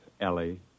Ellie